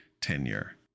tenure